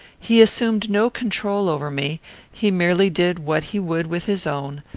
he assumed no control over me he merely did what he would with his own,